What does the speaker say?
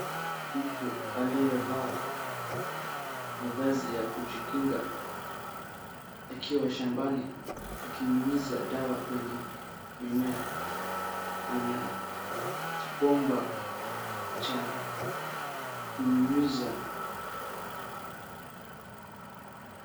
Mtu aliyevaa mavazi ya kujikinga akiwa shambani akinyunyiza dawa kwenye mimea ana kibomba cha kunyunyiza.